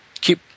keep